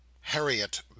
Harriet